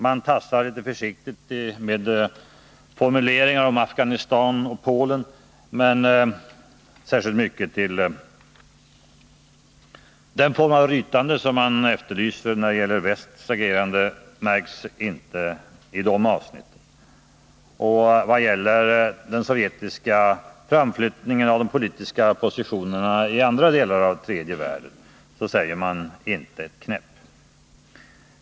Man tassar försiktigt med formuleringar om Afghanistan och Polen, men särskilt mycket av den form av rytande som man efterlyser när det gäller västs agerande märks inte i de avsnitten. Vad gäller den sovjetiska framflyttningen av de politiska positionerna i övrigt i tredje världen säger man inte ett knäpp.